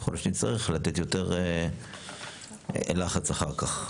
יכול להיות שנצטרך לתת יותר לחץ אחר כך.